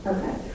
Okay